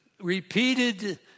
repeated